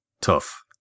Tough